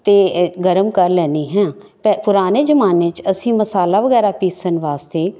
ਤੇ ਗਰਮ ਕਰ ਲੈਂਦੀ ਹਾਂ ਪੁਰਾਣੇ ਜ਼ਮਾਨੇ 'ਚ ਅਸੀਂ ਮਸਾਲਾ ਵਗੈਰਾ ਪੀਸਣ ਵਾਸਤੇ